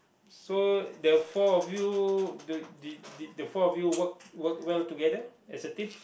so the four of you do do did the four of you work work well together as a team